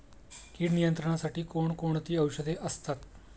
कीड नियंत्रणासाठी कोण कोणती औषधे असतात?